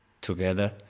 together